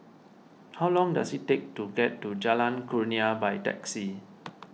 how long does it take to get to Jalan Kurnia by taxi